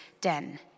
den